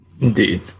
Indeed